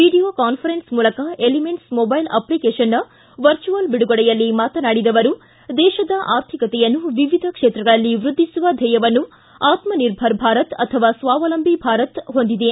video conference ಮೂಲಕ Elements mobile ಅಪ್ಲಿಕೇಶನ್ನ virtual ಬಿಡುಗಡೆಯಲ್ಲಿ ಮಾತನಾಡಿದ ಅವರು ದೇಶದ ಆರ್ಥಿಕತೆಯನ್ನು ವಿವಿಧ ಕ್ಷೇತ್ರಗಳಲ್ಲಿ ವೃದ್ಧಿಸುವ ಧ್ಯೇಯವನ್ನು ಆತ್ಮನಿರ್ಭರ ಭಾರತ ಅಥವಾ ಸ್ವಾವಲಂಬಿ ಭಾರತ ಹೊಂದಿದೆ